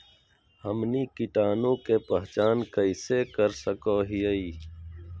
हमनी कीटाणु के पहचान कइसे कर सको हीयइ?